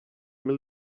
mil